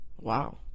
Wow